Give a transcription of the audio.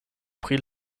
pri